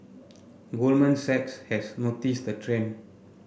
goldman Sachs has noticed the trend